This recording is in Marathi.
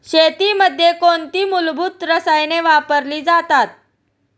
शेतीमध्ये कोणती मूलभूत रसायने वापरली जातात?